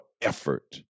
effort